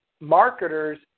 marketers